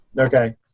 Okay